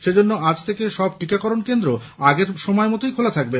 সেজন্য আজ থেকে সব টিকাকরণ কেন্দ্র আগের সময় মতোই খোলা থাকবে